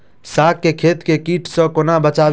साग केँ खेत केँ कीट सऽ कोना बचाबी?